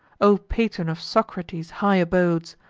o patron of socrates' high abodes,